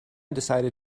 decided